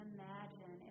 imagine